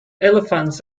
elephants